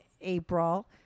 april